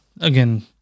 again